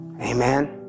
Amen